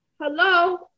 Hello